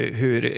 hur